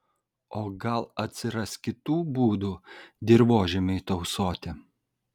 o gal atsiras kitų būdų dirvožemiui tausoti